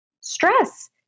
stress